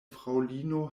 fraŭlino